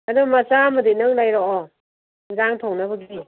ꯑꯗꯨꯨ ꯃꯆꯥ ꯑꯃꯗꯤ ꯅꯪ ꯂꯩꯔꯛꯑꯣ ꯌꯦꯟꯁꯥꯡ ꯊꯣꯡꯅꯕꯒꯤ